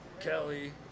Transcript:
Kelly